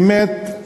באמת,